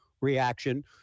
reaction